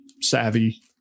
savvy